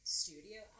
studio